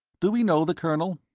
do we know the colonel?